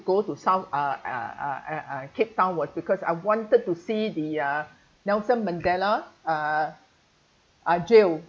go to south uh uh uh uh uh cape town was because I wanted to see the ah nelson mandela uh uh jail